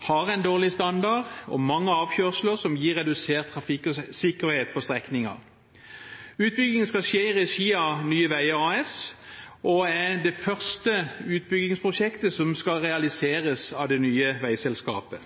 har en dårlig standard og mange avkjørsler, som gir redusert trafikksikkerhet på strekningen. Utbyggingen skal skje i regi av Nye Veier AS og er det første utbyggingsprosjektet som skal realiseres av det nye veiselskapet.